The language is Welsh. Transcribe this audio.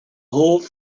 hoff